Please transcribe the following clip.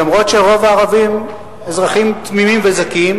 למרות שרוב הערבים אזרחים תמימים וזכים,